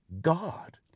God